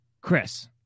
Chris